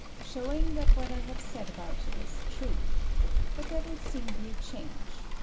showing that what i have said about it is true but there will soon be a change.